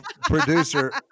producer